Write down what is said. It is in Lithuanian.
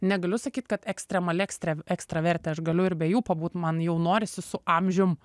negaliu sakyt kad ekstremali ekstre ekstravertė aš galiu ir be jų pabūt man jau norisi su amžium